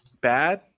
bad